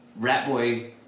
Ratboy